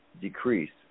decrease